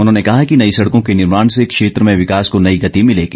उन्होंने कहा कि नई सड़कों के निर्माण से क्षेत्र में विकास को नई गति भिलेगी